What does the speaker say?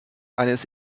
eines